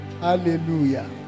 Hallelujah